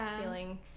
feeling